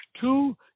Two